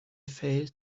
failed